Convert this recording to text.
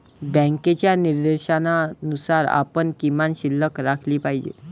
बँकेच्या निर्देशानुसार आपण किमान शिल्लक राखली पाहिजे